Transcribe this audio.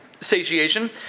satiation